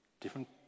different